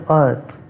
earth